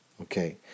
Okay